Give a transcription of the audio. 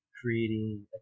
creating